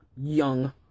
young